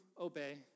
obey